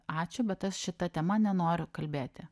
ačiū bet tas šita tema nenoriu kalbėti